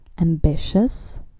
Ambitious